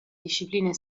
discipline